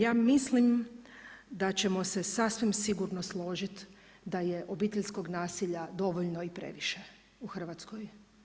Ja mislim da ćemo se sasvim sigurno složiti da je obiteljskog nasilja dovoljno i previše u Hrvatskoj.